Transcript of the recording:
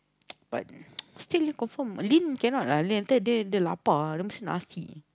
but still confirm Lin cannot ah Lin nanti dia dia lapar ah nanti dia mesti nasi